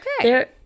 okay